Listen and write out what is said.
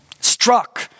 struck